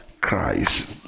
christ